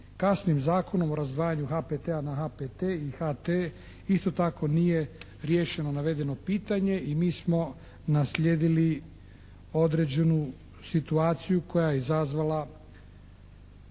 Kasnijim Zakonom o razdvajanju HPT-a na HPT i HT isto tako nije riješeno navedeno pitanje i mi smo naslijedili određenu situaciju koja je izazvala